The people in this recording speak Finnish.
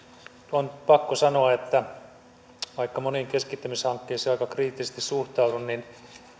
on pakko sanoa että vaikka moniin keskittämishankkeisiin aika kriittisesti suhtaudun niin